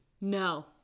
no